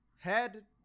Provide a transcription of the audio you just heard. Head